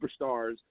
superstars